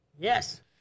Yes